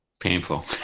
Painful